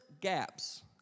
gaps